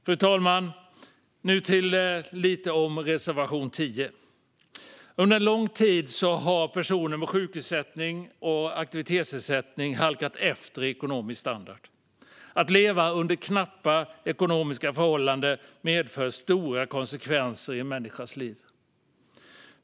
Fru talman! Jag vill nu säga något om reservation 10. Under en lång tid har personer med sjukersättning och aktivitetsersättning halkat efter i ekonomisk standard. Att leva under knappa ekonomiska förhållanden medför stora konsekvenser i en människas liv.